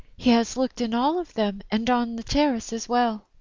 he has looked in all of them and on the terrace as well.